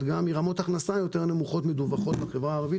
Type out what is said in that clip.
גם מרמות הכנסה נמוכות יותר המדווחות בחברה הערבית.